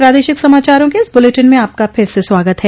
प्रादेशिक समाचारों के इस बुलेटिन में आपका फिर से स्वागत है